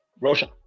Roshan